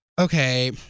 okay